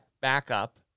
backup